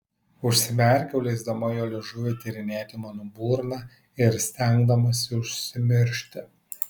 užsimerkiau leisdama jo liežuviui tyrinėti mano burną ir stengdamasi užsimiršti